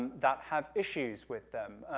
that have issues with them.